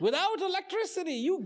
without electricity you